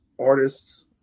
artists